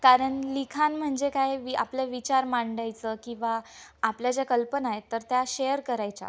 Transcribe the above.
कारण लिखाण म्हणजे काय वि आपलं विचार मांडायचं किंवा आपल्या ज्या कल्पना आहेत तर त्या शेअर करायच्या